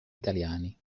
italiani